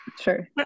sure